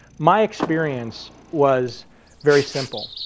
my experience was very simple.